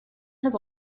has